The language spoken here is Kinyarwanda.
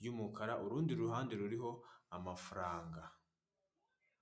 ry'umukara, ameze nk'arimo kureba hakurya, n'umuntu wicaye mu ntebe z'imikara zegamirwa.